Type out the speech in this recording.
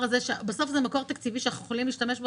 זה מקור תקציבי שאנחנו יכולים להשתמש בו,